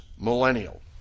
millennial